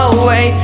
away